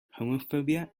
homophobia